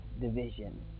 division